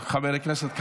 חבר הכנסת קלנר?